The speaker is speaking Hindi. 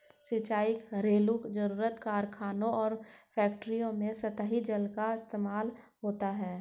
सिंचाई, घरेलु जरुरत, कारखानों और फैक्ट्रियों में सतही जल का ही इस्तेमाल होता है